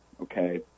okay